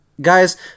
Guys